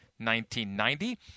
1990